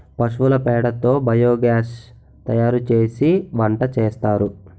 పశువుల పేడ తో బియోగాస్ తయారుసేసి వంటసేస్తారు